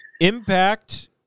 impact